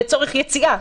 לצורך יציאה.